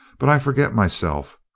but i forget myself.